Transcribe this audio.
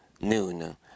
noon